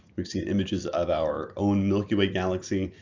we've seen images of our own milky way galaxy.